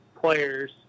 players